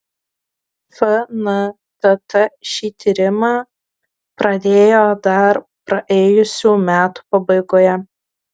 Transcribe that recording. fntt šį tyrimą pradėjo dar praėjusių metų pabaigoje